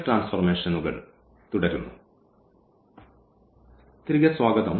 തിരികെ സ്വാഗതം